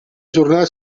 jornada